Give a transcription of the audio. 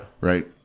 right